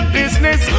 business